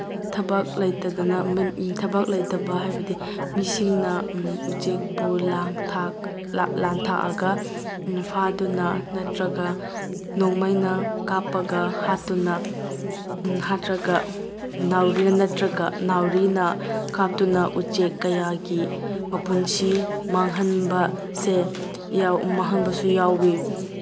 ꯊꯕꯛ ꯂꯩꯇꯗꯅ ꯊꯕꯛ ꯂꯩꯇꯕ ꯍꯥꯏꯕꯗꯤ ꯃꯤꯁꯤꯡꯅ ꯎꯆꯦꯛꯄꯨ ꯂꯥꯡ ꯂꯥꯡ ꯊꯥꯛꯑꯒ ꯐꯥꯗꯨꯅ ꯅꯠꯇ꯭ꯔꯒ ꯅꯣꯡꯃꯩꯅ ꯀꯥꯞꯄꯒ ꯍꯥꯠꯇꯨꯅ ꯍꯥꯠꯇ꯭ꯔꯒ ꯅꯥꯎꯔꯤ ꯅꯠꯇ꯭ꯔꯒ ꯅꯥꯎꯔꯤꯅ ꯀꯥꯞꯇꯨꯅ ꯎꯆꯦꯛ ꯀꯌꯥꯒꯤ ꯃꯄꯨꯟꯁꯤ ꯃꯥꯡꯍꯟꯕꯁꯦ ꯃꯥꯡꯍꯟꯕꯁꯨ ꯌꯥꯎꯋꯤ